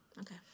Okay